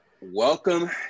welcome